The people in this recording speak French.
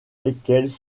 lesquels